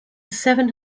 seven